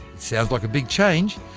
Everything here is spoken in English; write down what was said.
sounds like a big change,